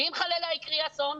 אם חלילה יקרה אסון?